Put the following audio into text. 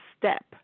step